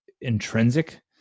intrinsic